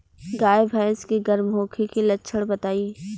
गाय भैंस के गर्म होखे के लक्षण बताई?